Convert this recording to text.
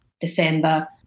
December